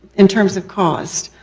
in terms of cost.